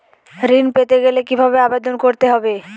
ঋণ পেতে গেলে কিভাবে আবেদন করতে হবে?